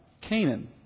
Canaan